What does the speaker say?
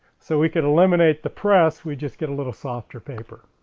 so we could eliminate the press, we'd just get a little softer paper.